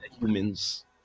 humans